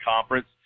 conference